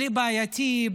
בלי בעייתי,